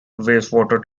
wastewater